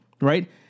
right